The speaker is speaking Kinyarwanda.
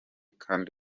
kandi